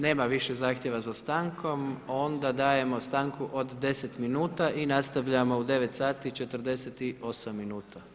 Nema više zahtjeva za stankom, onda dajemo stanku od 10 minuta i nastavljamo u 9,48 minuta.